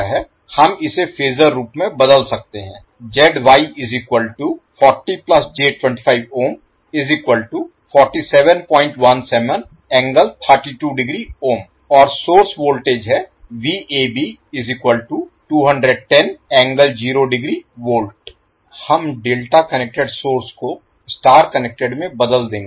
हम इसे फेजर रूप में बदल सकते हैं और सोर्स वोल्टेज है हम डेल्टा कनेक्टेड सोर्स को स्टार कनेक्टेड में बदल देंगे